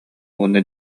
уонна